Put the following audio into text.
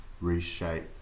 reshape